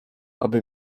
aby